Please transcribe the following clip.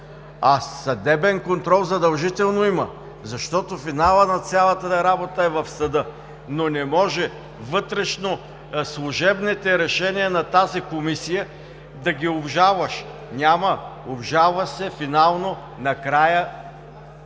а съдебен контрол задължително има. Защото финалът на цялата ни работа е в съда, но не може вътрешнослужебните решения на тази Комисията да ги обжалваш. Няма! Обжалва се финално накрая